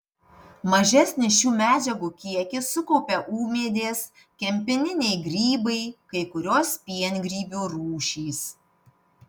mažesnį šių medžiagų kiekį sukaupia ūmėdės kempininiai grybai kai kurios piengrybių rūšys